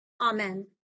Amen